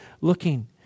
looking